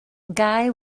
gai